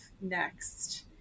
next